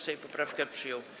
Sejm poprawkę przyjął.